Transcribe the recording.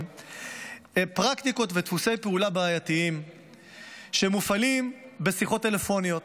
פרקטיקות ודפוסי פעולה בעייתיים שמופעלים בשיחות טלפוניות,